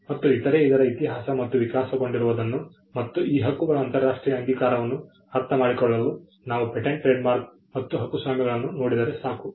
ಮತ್ತು ಇತರೆ ಇದರ ಇತಿಹಾಸ ಮತ್ತು ವಿಕಾಸ ಗೊಂಡಿರುವುದನ್ನು ಮತ್ತು ಈ ಹಕ್ಕುಗಳ ಅಂತರರಾಷ್ಟ್ರೀಯ ಅಂಗೀಕಾರವನ್ನು ಅರ್ಥಮಾಡಿಕೊಳ್ಳಲು ನಾವು ಪೇಟೆಂಟ್ನ ಟ್ರೇಡ್ಮಾರ್ಕ್ ಮತ್ತು ಹಕ್ಕುಸ್ವಾಮ್ಯಗಳನ್ನು ನೋಡಿದರೆ ಸಾಕು